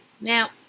Now